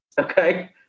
Okay